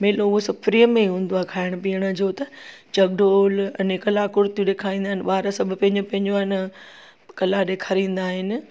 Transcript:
मेलो उहा सभु फ्रीअ में ई हूंदो आहे खाइणु पीअण जो त चकडोल अने कलाकुर्ती ॾेखारींदा आहिनि ॿार सभ पंहिंजो पंहिंजो अन कला ॾेखारींदा आहिनि